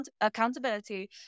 accountability